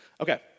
Okay